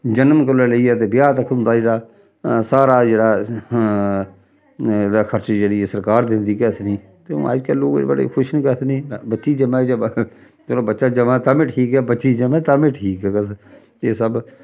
जनम कोला लेइयै ते ब्याह् तक उं'दा जेह्ड़ा सारा जेह्ड़ा एह्दा खर्च जेह्ड़ी ऐ सरकार दिंदी केह् आखदी ते हून अजकल्ल लोक बड़े खुश न के अस न चलो बच्ची जम्मै जां चलो बच्चा जम्मै तां बी ठीक ऐ बच्ची जम्मै तां बी ठीक ऐ अस एह् सब